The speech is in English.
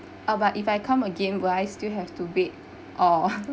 ah but if I come again will I still have to wait or